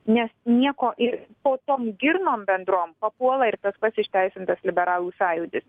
nes nieko ir po tom girnom bendrom papuola ir tas pats išteisintas liberalų sąjūdis